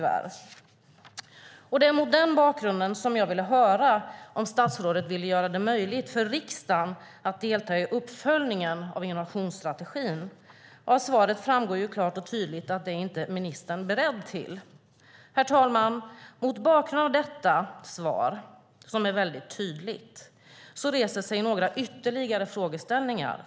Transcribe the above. Det var mot den bakgrunden som jag ville höra om statsrådet ville göra det möjligt för riksdagen att delta i uppföljningen av innovationsstrategin. Av svaret framgår klart och tydligt att ministern inte är beredd till det. Herr talman! Mot bakgrund av detta svar, som är väldigt tydligt, reser sig några ytterligare frågeställningar.